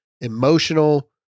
Emotional